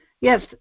yes